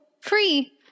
free